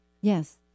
Yes